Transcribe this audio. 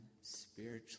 spiritually